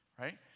right